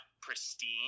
pristine